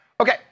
Okay